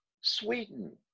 Sweden